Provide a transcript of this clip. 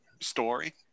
story